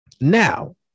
Now